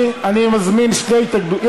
אדוני היושב-ראש.